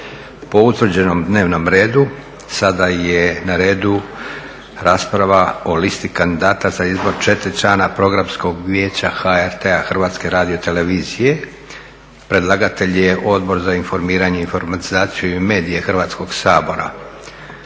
po utvrđenom dnevnom redu. Sada je na redu rasprava o - Listi kandidata za izbor četiri člana Programskog vijeća HRT-a Predlagatelj je Odbor za informiranje, informatizaciju i medije Hrvatskog sabora.